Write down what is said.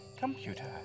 Computer